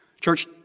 Church